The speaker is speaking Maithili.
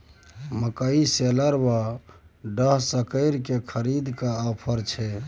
मकई शेलर व डहसकेर की खरीद पर की ऑफर छै?